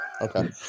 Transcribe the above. okay